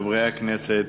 חברי הכנסת,